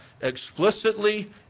explicitly